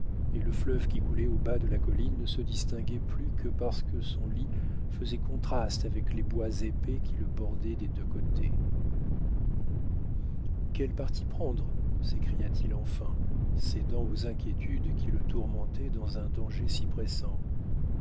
et le fleuve qui coulait au bas de la colline ne se distinguait plus que parce que son lit faisait contraste avec les bois épais qui le bordaient des deux côtés quel parti prendre s'écria-t-il enfin cédant aux inquiétudes qui le tourmentaient dans un danger si pressant